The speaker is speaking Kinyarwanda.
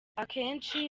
akenshi